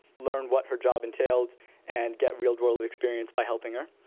learn what her job entailed and get real world experience by helping her.